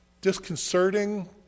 disconcerting